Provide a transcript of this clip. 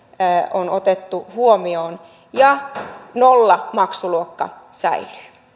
on otettu huomioon ja nollamaksuluokka säilyy